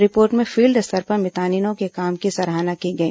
report में field स्तर पर मितानिनों के काम की सराहना की गई